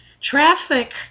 Traffic